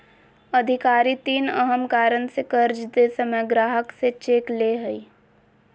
अधिकारी तीन अहम कारण से कर्ज दे समय ग्राहक से चेक ले हइ